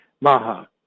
Maha